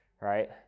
right